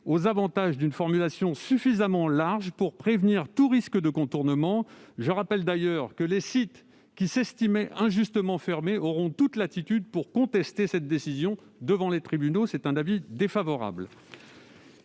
aux avantages d'une formulation suffisamment large : elle permet notamment de prévenir tout risque de contournement. Je rappelle d'ailleurs que les sites qui s'estimeraient injustement fermés auront toute latitude pour contester cette décision devant les tribunaux. La commission est donc défavorable